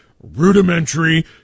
Rudimentary